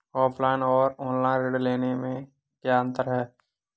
Offline और online ऋण लेने में क्या अंतर है?